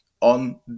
on